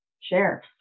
share